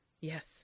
Yes